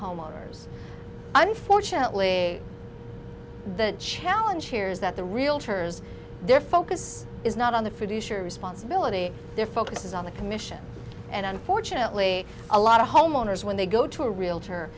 homeowners unfortunately the challenge here is that the realtors their focus is not on the fiduciary responsibility their focus is on the commission and unfortunately a lot of homeowners when they go to a realtor